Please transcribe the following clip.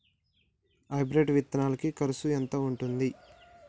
Hybrid విత్తనాలకి కరుసు ఎంత ఉంటది?